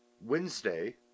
Wednesday